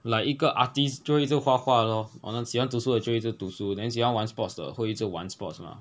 like 一个 artist 就会画画 lor 喜欢读书的就会一直读书 then 喜欢玩 sports 的会一直玩 sports mah